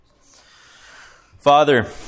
Father